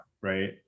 right